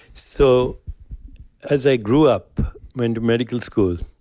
so as i grew up, went to medical school,